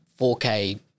4k